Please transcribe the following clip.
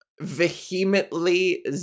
vehemently